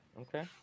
okay